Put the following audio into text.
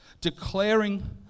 declaring